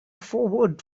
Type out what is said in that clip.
foreword